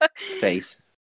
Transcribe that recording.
face